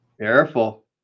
Careful